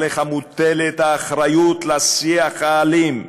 עליך מוטלת האחריות לשיח האלים,